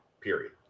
period